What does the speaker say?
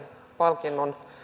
palkinnon